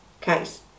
case